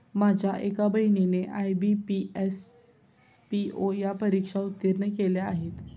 माझ्या एका बहिणीने आय.बी.पी, एस.पी.ओ या परीक्षा उत्तीर्ण केल्या आहेत